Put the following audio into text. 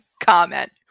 comment